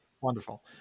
Wonderful